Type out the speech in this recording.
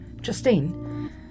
Justine